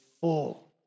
full